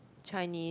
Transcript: Chinese